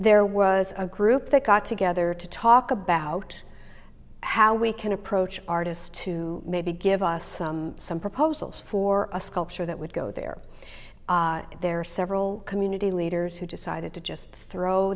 there was a group that got together to talk about how we can approach artists to maybe give us some proposals for a sculpture that would go there there are several community leaders who decided to just throw